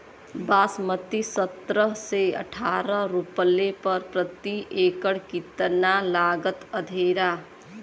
बासमती सत्रह से अठारह रोपले पर प्रति एकड़ कितना लागत अंधेरा?